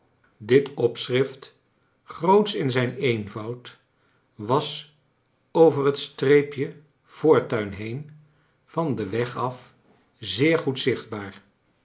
dit opschrift grootsch in zijn eenvoud was over het streepje voortuin heen van den weg af zeer goed zichtbaar